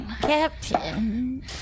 Captain